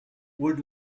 wood